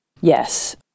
yes